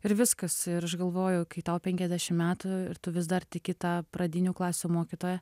ir viskas ir aš galvoju kai tau penkiasdešimt metų ir tu vis dar tiki ta pradinių klasių mokytoja